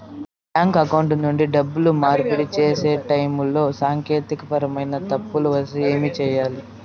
bank account నుండి డబ్బులు మార్పిడి సేసే టైములో సాంకేతికపరమైన తప్పులు వస్తే ఏమి సేయాలి